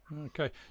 Okay